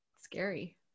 Scary